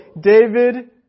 David